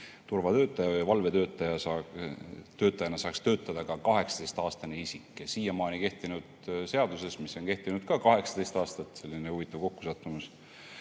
turvatöötaja või valvetöötajana saaks töötada ka 18‑aastane isik. Siiamaani kehtinud seaduses, mis on kehtinud ka 18 aastat – selline huvitav kokkusattumus